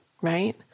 Right